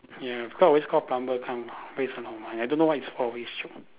ya because I always call plumber come waste a lot of money I don't know why it's always choke